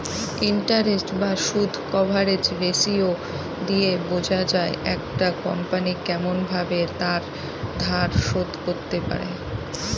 interest বা সুদ coverage ratio দিয়ে বোঝা যায় একটা কোম্পনি কেমন ভাবে তার ধার শোধ করতে পারে